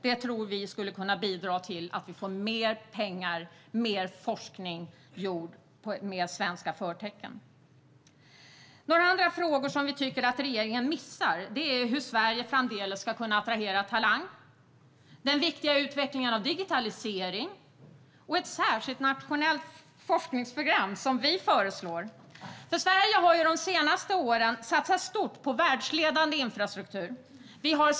Det tror vi skulle kunna bidra till att Sverige får mer pengar och att mer forskning med fler svenska förtecken blir gjord. Några andra frågor som vi tycker att regeringen missar är hur Sverige framdeles ska kunna attrahera talang. Det gäller också den viktiga utvecklingen av digitalisering och ett särskilt nationellt forskningsprogram som vi föreslår. Sverige har de senaste åren satsat stort på världsledande infrastruktur.